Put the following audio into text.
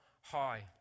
high